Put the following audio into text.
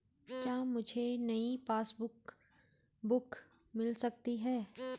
क्या मुझे नयी पासबुक बुक मिल सकती है?